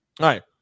right